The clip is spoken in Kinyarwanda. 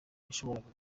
washoboraga